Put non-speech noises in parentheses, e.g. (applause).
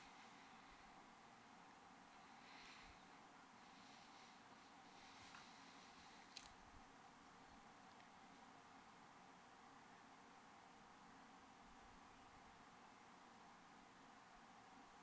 (breath)